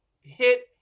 hit